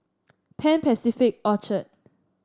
Pan Pacific Orchard